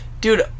Dude